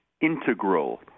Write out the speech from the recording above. integral